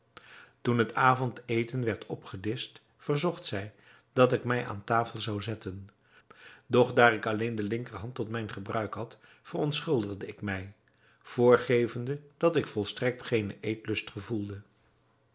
toen het avondeten werd opgedischt verzocht zij dat ik mij aan tafel zou zetten doch daar ik alleen de linkerhand tot mijn gebruik had verontschuldigde ik mij voorgevende dat ik volstrekt geenen